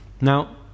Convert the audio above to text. Now